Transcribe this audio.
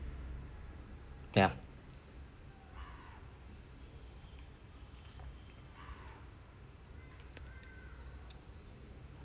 ya